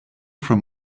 from